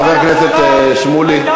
תודה, חבר הכנסת שמולי.